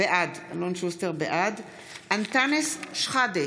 בעד אנטאנס שחאדה,